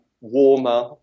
warmer